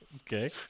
Okay